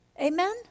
Amen